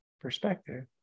perspective